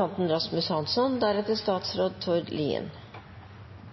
om Opovassdraget er